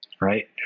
right